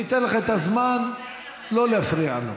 להפריע.